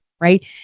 Right